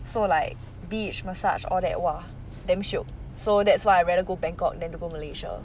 so like beach massage all that !wah! damn shiok so that's why I rather go bangkok than to go malaysia